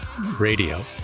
radio